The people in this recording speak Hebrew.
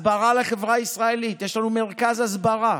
הסברה לחברה הישראלית, יש לנו מרכז הסברה